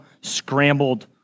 scrambled